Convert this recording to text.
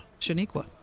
Shaniqua